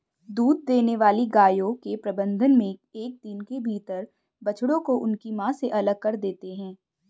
दूध देने वाली गायों के प्रबंधन मे एक दिन के भीतर बछड़ों को उनकी मां से अलग कर देते हैं